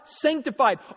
sanctified